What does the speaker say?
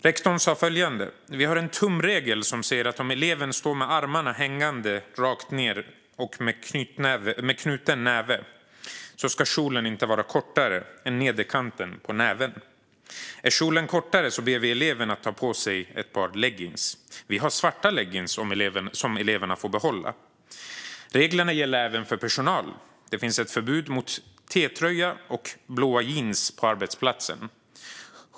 Rektorn sa följande: "Vi har en tumregel som säger att om eleven står med armarna hängande rakt ner och med knuten näve, så ska kjolen inte vara kortare än nederkanten på näven. Är kjolen kortare så ber vi eleven ta på ett par leggings. Vi har svarta leggings som eleverna får behålla." Reglerna gäller även för personal. Det finns ett förbud mot T-tröja och blå jeans på arbetsplatsen.